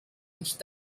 nicht